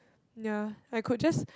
ya I could just